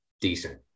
decent